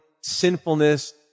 sinfulness